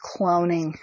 cloning